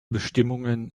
bestimmungen